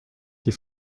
die